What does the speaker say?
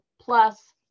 plus